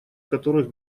которых